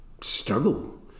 struggle